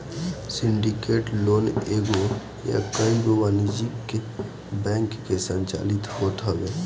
syndicated loan एगो या कईगो वाणिज्यिक बैंक से संचालित होत हवे